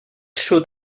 should